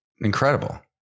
incredible